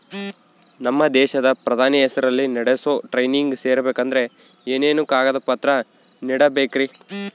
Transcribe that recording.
ನಮ್ಮ ದೇಶದ ಪ್ರಧಾನಿ ಹೆಸರಲ್ಲಿ ನಡೆಸೋ ಟ್ರೈನಿಂಗ್ ಸೇರಬೇಕಂದರೆ ಏನೇನು ಕಾಗದ ಪತ್ರ ನೇಡಬೇಕ್ರಿ?